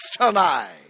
tonight